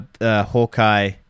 Hawkeye